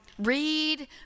read